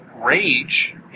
Rage